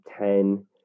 ten